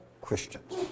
Christians